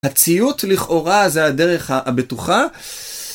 הציות לכאורה זה הדרך הבטוחה.